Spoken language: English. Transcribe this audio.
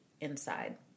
inside